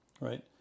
right